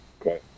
Okay